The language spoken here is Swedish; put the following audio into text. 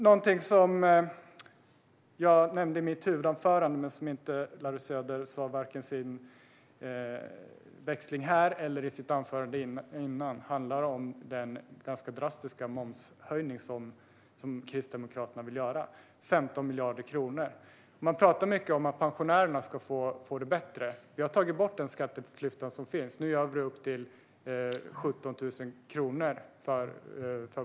Något som jag nämnde i mitt huvudanförande, men som Larry Söder inte tog upp vare sig i replikskiftet eller i sitt anförande, handlar om den ganska drastiska momshöjning som Kristdemokraterna vill göra - 15 miljarder kronor. Man talar mycket om att pensionärerna ska få det bättre. Vi har tagit bort skatteklyftan för pensionärer med pensioner upp till 17 000 kronor.